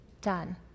done